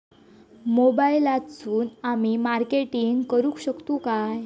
मोबाईलातसून आमी मार्केटिंग करूक शकतू काय?